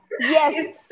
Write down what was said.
Yes